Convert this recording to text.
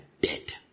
dead